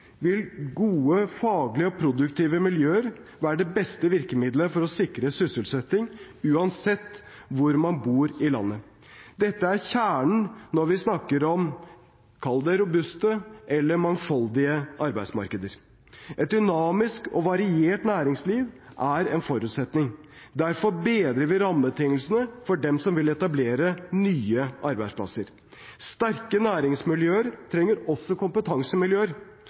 vil gode faglige og produktive miljøer være det beste virkemidlet for å sikre sysselsetting, uansett hvor man bor i landet. Dette er kjernen når vi snakker om – kall det – robuste eller mangfoldige arbeidsmarkeder. Et dynamisk og variert næringsliv er en forutsetning. Derfor bedrer vi rammebetingelsene for dem som vil etablere nye arbeidsplasser. Sterke næringsmiljøer krever også kompetansemiljøer.